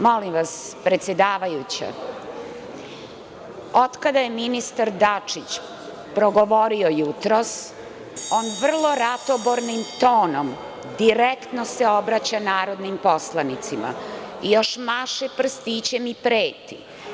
Molim vas predsedavajuća, otkada je ministar Dačić progovorio jutros, on vrlo ratobornim tonom direktno se obraća narodnim poslanicima, još maše prstićem i preti.